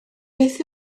beth